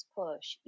push